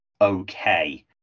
okay